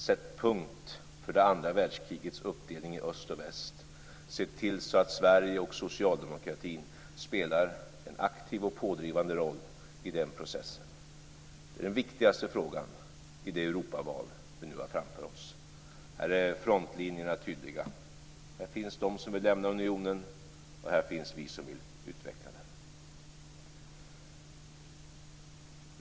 Sätt punkt för det andra världskrigets uppdelning i öst och väst! Se till att Sverige och socialdemokratin spelar en aktiv och pådrivande roll i den processen! Det är den viktigaste frågan i det Europaval som vi nu har framför oss. Här är frontlinjerna tydliga. Här finns de som vill lämna unionen, och här finns vi som vill utveckla den.